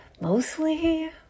mostly